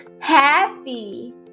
happy